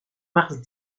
mars